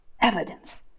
evidence